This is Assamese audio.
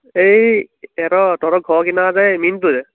এই সিহঁতৰ তহঁতৰ ঘৰৰ কিনাৰৰ যে মীণ্টু যে